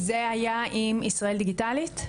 זה היה עם ישראל דיגיטלית?